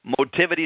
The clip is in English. Motivity